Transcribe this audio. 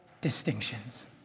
distinctions